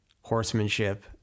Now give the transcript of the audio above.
horsemanship